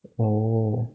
oh